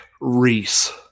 Reese